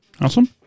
Awesome